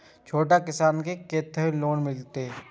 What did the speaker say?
छोट किसान के कतेक लोन मिलते?